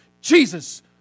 Jesus